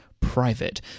Private